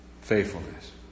Faithfulness